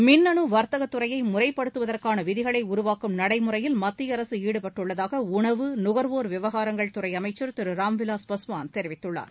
மின்னு வர்த்தகத்துறையை முறைப்படுததுவதற்கான விதிகளை உருவாக்கும் நடைமுறையில் மத்திய அரசு ஈடுபட்டுள்ளதாக உணவு நுகர்வோர் விவகாரங்கள்துறை அமைச்சர் திரு ராம்விலாஸ் பாஸ்வான் தெரிவித்துள்ளார்